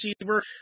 receiver